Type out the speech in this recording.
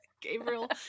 Gabriel